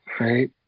right